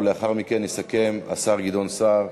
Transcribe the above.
ולאחר מכן יסכם השר גדעון סער,